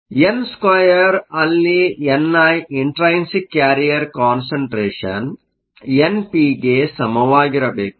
ಆದ್ದರಿಂದ n2 ಅಲ್ಲಿ n i intrinsic carrier ಕಾನ್ಸಂಟ್ರೇಷನ್Intrinsic carrier concentration ಎನ್ ಪಿಗೆ ಸಮವಾಗಿರಬೇಕು